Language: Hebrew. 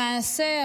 למעשה,